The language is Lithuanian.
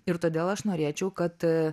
ir todėl aš norėčiau kad